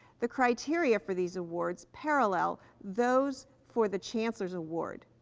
the criteria for these awards parallel those for the chancellor's award.